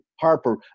Harper